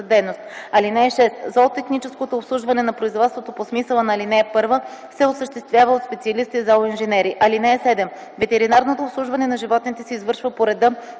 (6) Зоотехническото обслужване на производството по смисъла на ал. 1 се осъществява от специалисти – зооинженери. (7) Ветеринарното обслужване на животните се извършва по реда